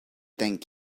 thank